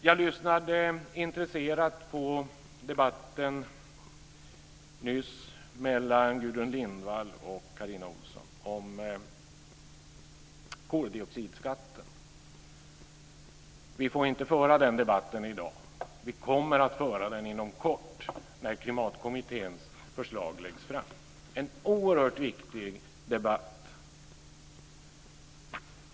Jag lyssnade nyss intresserat på debatten mellan Gudrun Lindvall och Carina Ohlsson om koldioxidskatten. Vi får inte föra den debatten i dag. Vi kommer att föra den inom kort, när Klimatkommitténs förslag läggs fram. Det är en oerhört viktig debatt.